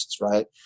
right